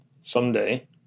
Someday